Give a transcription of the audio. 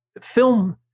film